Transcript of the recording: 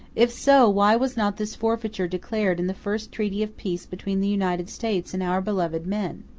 if so, why was not this forfeiture declared in the first treaty of peace between the united states and our beloved men?